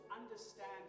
understand